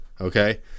Okay